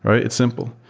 ah it's simple.